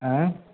आँय